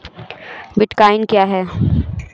Bitcoin क्या है?